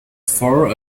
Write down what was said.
for